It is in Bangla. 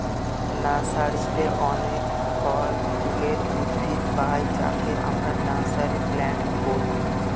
নার্সারিতে অনেক ফল ফুলের উদ্ভিদ পাই যাকে আমরা নার্সারি প্লান্ট বলি